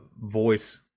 voice